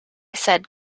said